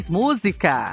música